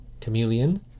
Chameleon